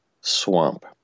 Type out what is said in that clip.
swamp